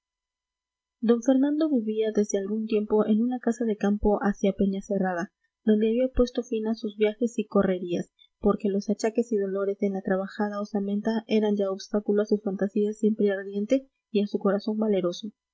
d fernando vivía desde algún tiempo en una casa de campo hacia peñacerrada donde había puesto fin a sus viajes y correrías porque los achaques y dolores en la trabajada osamenta eran ya obstáculo a su fantasía siempre ardiente y a su corazón valeroso